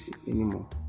anymore